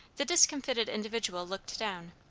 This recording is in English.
the discomfited individual looked down,